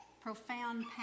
profound